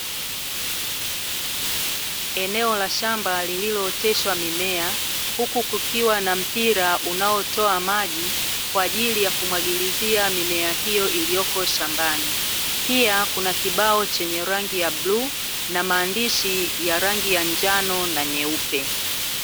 Eneo la shamba lililooteshwa mimea huku kukiwa na mpira unaotoa maji kwa ajili ya kumwagilizia mimea hiyo iliyoko shambani. Pia kuna kibao chenye rangi ya bluu, na maandishi ya rangi ya njano na nyeupe.